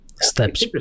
steps